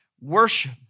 worship